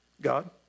God